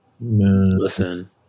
Listen